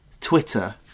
Twitter